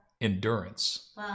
endurance